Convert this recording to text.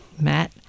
Matt